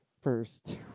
first